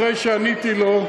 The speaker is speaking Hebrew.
אחרי שעניתי לו.